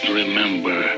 remember